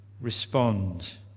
respond